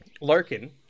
Larkin